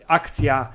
akcja